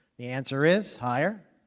the answer is higher.